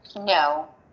No